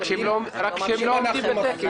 רק שהם לא עומדים בתקן.